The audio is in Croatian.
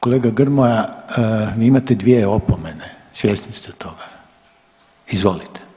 Kolega Grmoja, vi imate dvije opomene svjesni ste toga, izvolite.